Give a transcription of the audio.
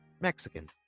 Mexican